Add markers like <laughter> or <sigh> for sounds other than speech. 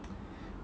<noise>